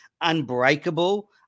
Unbreakable